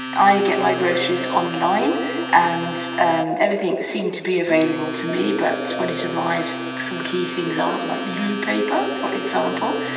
i get my groceries online and and everything seemed to be available to me but when it arrives some key things aren't like loo paper for example.